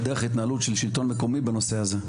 דרך ההתנהלות של שלטון מקומי בנושא הזה.